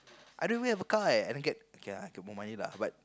I don't even have a car eh I don't get okay lah I get more money lah but